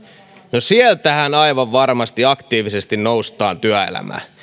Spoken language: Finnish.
no sieltähän aivan varmasti aktiivisesti noustaan työelämään